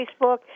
Facebook